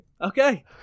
Okay